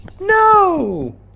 No